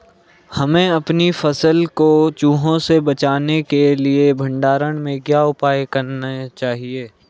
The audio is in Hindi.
हमें अपनी फसल को चूहों से बचाने के लिए भंडारण में क्या उपाय करने चाहिए?